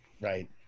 Right